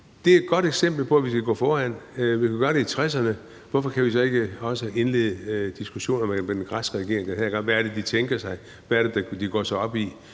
det er et godt eksempel på, at vi skal gå foran. Vi kunne gøre det i 1960'erne, så hvorfor kan vi ikke også indlede diskussioner med den græske regering denne gang? Hvad er det, de tænker sig? Hvad er det, de går op i?